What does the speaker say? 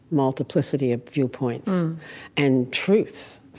multiplicity of viewpoints and truths.